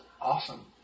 awesome